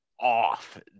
Off